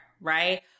right